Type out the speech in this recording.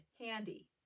handy